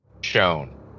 shown